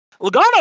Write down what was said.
Logano